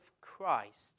Christ